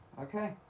Okay